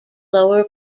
lower